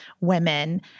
women